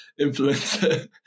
influencer